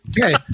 Okay